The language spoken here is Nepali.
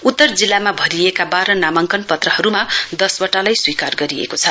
उत्तर जिल्लामा भरिएका वाह्र नामाङ्कन पत्रहरुमा दसवटालाई स्वीकार गरिएको छ